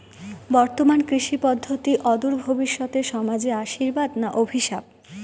বর্তমান কৃষি পদ্ধতি অদূর ভবিষ্যতে সমাজে আশীর্বাদ না অভিশাপ?